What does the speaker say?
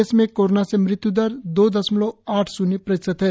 देश में कोरोना से मृत्यु दर दो दशमलव आठ शून्य प्रतिशत है